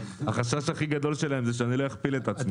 החשש הכי גדול שלהם הוא שאני אכפיל את עצמי.